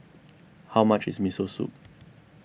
how much is Miso Soup